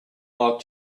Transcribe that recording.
are